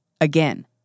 again